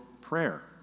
prayer